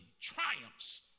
triumphs